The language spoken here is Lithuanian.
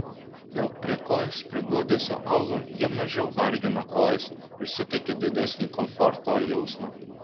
dėl prie kojos prigludusio aulo jie mažiau vargina kojas ir suteikia didesnį komforto jausmą